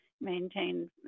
maintained